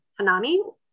Hanami